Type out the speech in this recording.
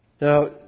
Now